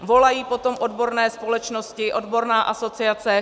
Volají po tom odborné společnosti, odborná asociace.